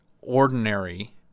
ordinary